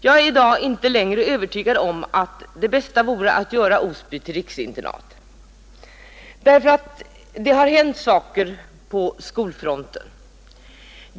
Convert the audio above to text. Jag är i dag inte längre övertygad om att det bästa vore att göra Osby internatläroverk till riksinternat, därför att det har hänt saker på skolfronten.